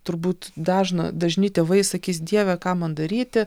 turbūt dažna dažni tėvai sakys dieve ką man daryti